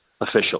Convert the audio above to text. official